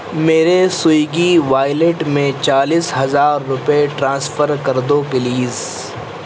میرے Swiggy wallet میں چالیس ہزار روپئے ٹرانسفر کر دو پلیز